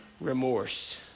Remorse